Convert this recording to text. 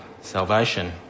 salvation